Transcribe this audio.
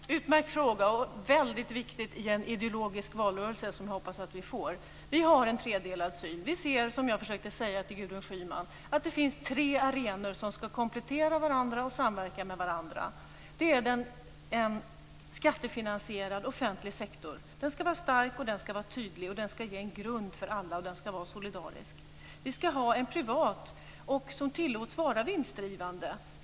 Fru talman! Det var en utmärkt fråga, och en väldigt viktig fråga i en ideologisk valrörelse, som jag hoppas att vi får. Vi har en tredelad syn. Som jag försökte säga till Gudrun Schyman ser vi att det finns tre arenor som ska komplettera varandra och samverka med varandra. Det är en skattefinansierad offentlig sektor. Den ska vara stark och tydlig. Den ska ge en grund för alla och den ska vara solidarisk. Vi ska också ha en privat sektor som tillåts vara vinstdrivande.